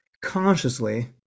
consciously